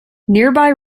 nearby